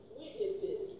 witnesses